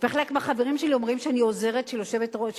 וחלק מהחברים שלי אומרים שאני עוזרת של היושבת-ראש,